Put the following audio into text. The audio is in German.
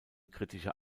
kritische